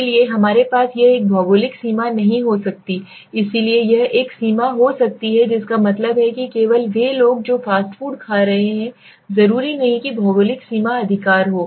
इसलिए हमारे पास यह एक भौगोलिक सीमा नहीं हो सकती है इसलिए यह एक सीमा हो सकती है जिसका मतलब है कि केवल वे लोग जो फास्ट फूड खा रहे हैं जरूरी नहीं कि भौगोलिक सीमा अधिकार हो